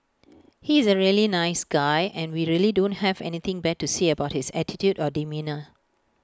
he is A really nice guy and we really don't have anything bad to say about his attitude or demeanour